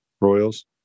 Royals